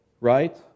right